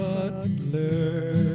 Butler